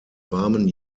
warmen